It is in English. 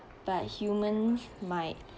but humans might